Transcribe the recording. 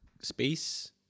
space